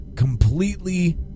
Completely